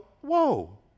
whoa